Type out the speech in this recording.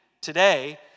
today